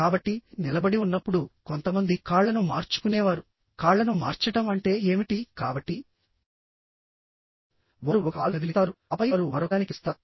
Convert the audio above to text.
కాబట్టి నిలబడి ఉన్నప్పుడు కొంతమంది కాళ్ళను మార్చుకునేవారు కాళ్ళను మార్చడం అంటే ఏమిటి కాబట్టి వారు ఒక కాలు కదిలిస్తారు ఆపై వారు మరొకదానికి వస్తారు